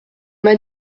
m’a